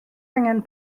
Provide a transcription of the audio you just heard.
angen